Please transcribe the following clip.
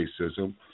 racism